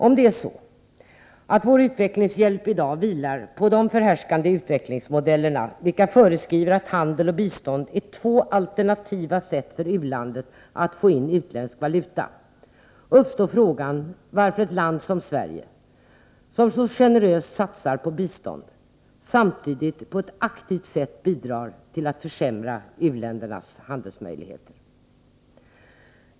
Om det är så, att vår utvecklingshjälp i dag så att säga vilar på de förhärskande utvecklingsmodellerna, vilka föreskriver att handel och bistånd är två alternativa sätt för u-landet att få in utländsk valuta, uppstår frågan varför ett land som Sverige, som så generöst satsar på bistånd, samtidigt på ett aktivt sätt bidrar till att försämra u-ländernas handelsmöjligheter.